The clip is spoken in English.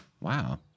Wow